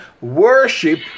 worship